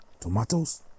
tomatoes